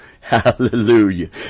Hallelujah